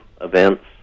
events